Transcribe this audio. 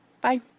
bye